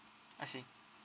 I see